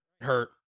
hurt